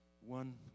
One